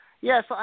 yes